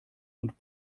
und